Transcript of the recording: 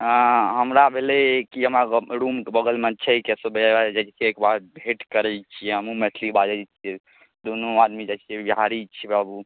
हँ हमरा भेलै कि हमरा रूमके बगलमे छै केशव भइआ जाइ छिए एकबेर भेँट करै छिए हमहूँ मैथिली बाजै छिए दुनू आदमी जाइ छिए बिहारी छिए बाबू